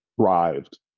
thrived